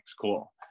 cool